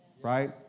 right